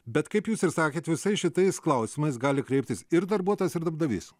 bet kaip jūs ir sakėt visais šitais klausimais gali kreiptis ir darbuotojas ir darbdavys